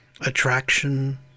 attraction